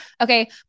okay